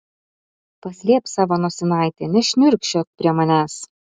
paslėpk savo nosinaitę nešniurkščiok prie manęs